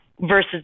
Versus